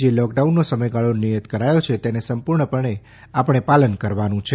જે લોકડાઉનનો સમયગાળો નિયત કરાયો છે તેનું સંપૂર્ણપણે આપણે પાલન કરવાનું છે